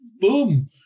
boom